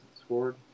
scored